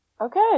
Okay